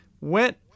went